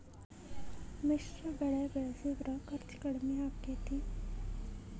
ಮಿಶ್ರ ಬೆಳಿ ಬೆಳಿಸಿದ್ರ ಖರ್ಚು ಕಡಮಿ ಆಕ್ಕೆತಿ?